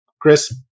Chris